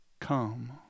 come